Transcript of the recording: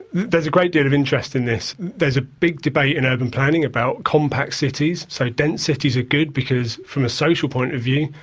there's a great deal of interest in this. there's a big debate in urban planning about compact cities, so dense cities are good because from the social point of view,